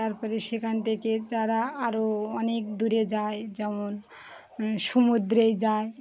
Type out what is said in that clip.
তারপরে সেখান থেকে যারা আরও অনেক দূরে যায় যেমন সমুদ্রে যায়